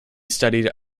studied